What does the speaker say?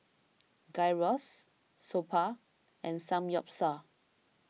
Gyros Soba and Samgyeopsal